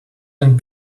and